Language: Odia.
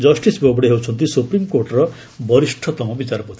ଜଷ୍ଟିସ୍ ବୋବଡେ ହେଉଛନ୍ତି ସୁପ୍ରିମ୍କୋର୍ଟର ବରିଷତମ ବିଚାରପତି